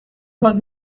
باز